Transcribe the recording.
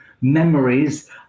memories